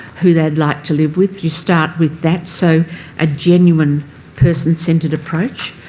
who they would like to live with. you start with that. so a genuine person-centred approach.